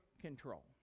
control